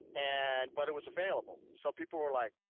and but it was available, so people were like,